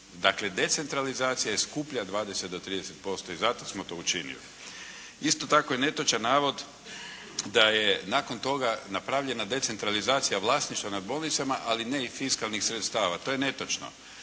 Dakle decentralizacija je skuplja 20 do 30% i zato smo to učinili. Isto tako je netočan navod da je nakon toga napravljena decentralizacija vlasništva nad bolnicama, ali ne i fiskalnih sredstava. To je netočno.